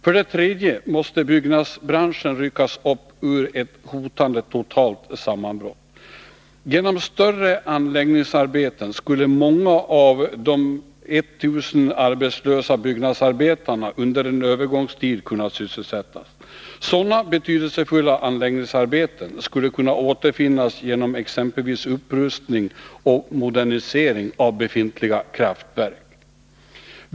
För det tredje måste byggnadsbranschen ryckas upp inför ett hotande totalt sammanbrott. Genom större anläggningsarbeten skulle under en övergångstid många av de 1000 byggnadsarbetarna kunna sysselsättas. Sådana betydelsefulla anläggningsarbeten skulle kunna ordnas genom exempelvis upprustning och modernisering av befintliga kraftverk.